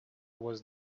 was